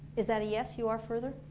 is that a yes? you are further?